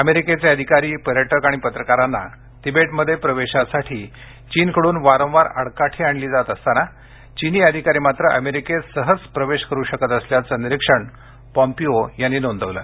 अमेरिकेचे अधिकारी पर्यटक आणि पत्रकारांना तिबेटमध्ये प्रवेशासाठी चीनकडून वारंवार आडकाठी आणली जात असताना चिनी अधिकारी मात्र अमेरिकेत सहज प्रवेश करू शकत असल्याचं निरीक्षण पॉम्पिओ यांनी नोंदवलं